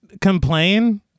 complain